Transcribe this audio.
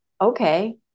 Okay